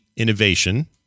innovation